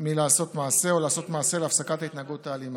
מלעשות מעשה או לעשות מעשה להפסקת ההתנהגות האלימה.